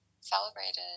celebrated